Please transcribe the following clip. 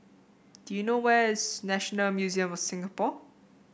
do you know where is National Museum of Singapore